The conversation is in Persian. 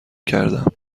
کردم